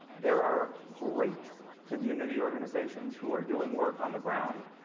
there are a great community organizations who are doing work on the ground.